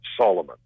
Solomon